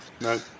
No